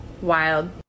wild